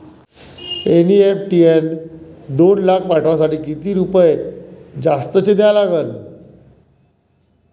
NEFT न दोन लाख पाठवासाठी किती रुपये जास्तचे द्या लागन?